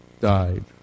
died